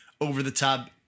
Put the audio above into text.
over-the-top